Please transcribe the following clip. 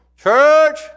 Church